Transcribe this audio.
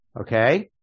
Okay